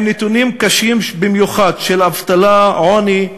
עם נתונים קשים במיוחד של אבטלה, עוני,